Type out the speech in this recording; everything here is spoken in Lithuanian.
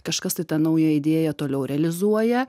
kažkas tai tą naują idėją toliau realizuoja